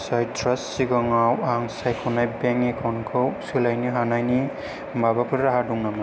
साइट्रास सिगाङाव आं सायख'नाय बेंक एकाउन्टखौ सोलायनो हानायनि माबाफोर राहा दं नामा